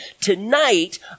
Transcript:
Tonight